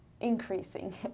increasing